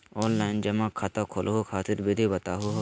Online जमा खाता खोलहु खातिर विधि बताहु हो?